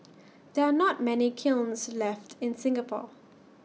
there are not many kilns left in Singapore